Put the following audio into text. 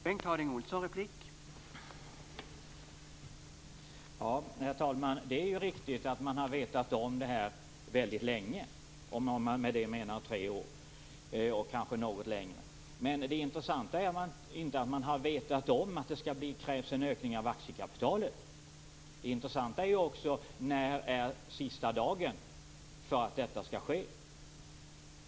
Herr talman! Det är riktigt att man har vetat om detta väldigt länge, om man med det menar tre år eller kanske något längre. Men det intressanta är inte att man har vetat om att det krävs en ökning av aktiekapitalet. Det intressanta är när sista dagen är för att detta skall ske.